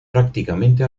prácticamente